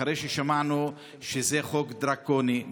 אחרי ששמענו שזה חוק דרקוני,